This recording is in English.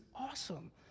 awesome